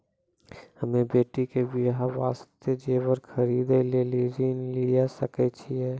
हम्मे बेटी के बियाह वास्ते जेबर खरीदे लेली ऋण लिये सकय छियै?